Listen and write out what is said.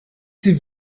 sie